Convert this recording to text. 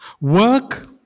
Work